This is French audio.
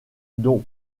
dont